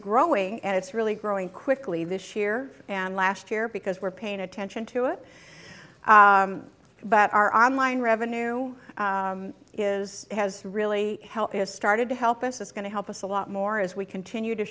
growing and it's really growing quickly this year and last year because we're paying attention to it but our online revenue is has really helped has started to help us is going to help us a lot more as we continue to